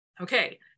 Okay